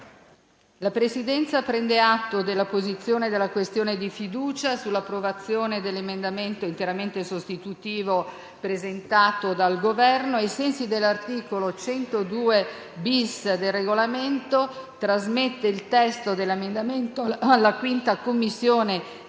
La Presidenza prende atto dell'apposizione della questione di fiducia sull'approvazione dell'emendamento interamente sostitutivo presentato dal Governo e, ai sensi dell'articolo 102-*bis* del Regolamento, trasmette il testo dell'emendamento alla Commissione